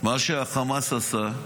מה שהחמאס עשה,